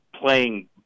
playing